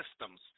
systems